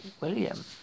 William